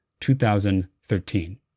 2013